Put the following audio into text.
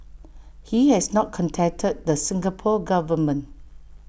he has not contacted the Singapore Government